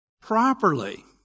properly